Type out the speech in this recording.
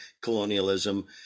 colonialism